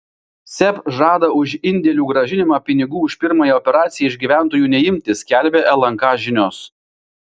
seb žada už indėlių grąžinimą pinigų už pirmąją operaciją iš gyventojų neimti skelbia lnk žinios